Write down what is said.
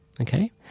Okay